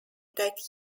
that